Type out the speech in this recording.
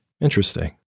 Interesting